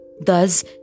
Thus